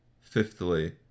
Fifthly